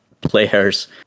players